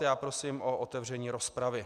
Já prosím o otevření rozpravy.